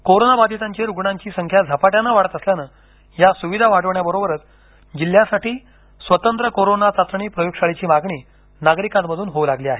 corona बाधितांची रुग्णांची संख्या झपाट्याने वाढत असल्यानं या स्विधा वाढवण्या बरोबरच जिल्ह्यासाठी स्वतंत्र कोरोना चाचणी प्रयोगशाळेची मागणी नागरिकांमधून होऊ लागली आहे